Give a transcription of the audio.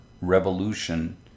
revolution